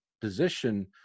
position